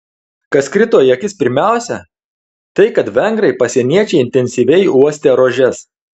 kas krito į akis pirmiausia tai kad vengrai pasieniečiai intensyviai uostė rožes